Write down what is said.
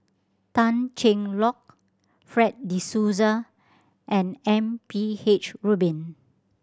Tan Cheng Lock Fred De Souza and M P H Rubin